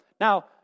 Now